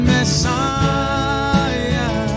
Messiah